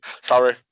Sorry